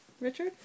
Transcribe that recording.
Richard